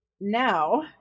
now